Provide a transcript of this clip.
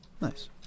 Nice